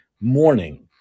morning